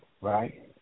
right